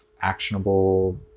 actionable